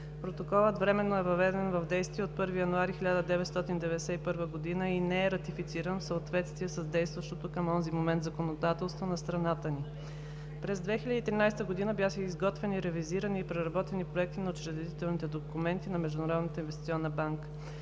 Протоколът временно е въведен в действие от 1 януари 1991 г. и не е ратифициран в съответствие с действащото към онзи момент законодателство на страната ни. През 2013 г. бяха изготвени, ревизирани и преработени проекти на учредителните документи на Международната инвестиционна банка.